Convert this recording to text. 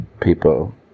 people